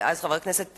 אז חבר הכנסת,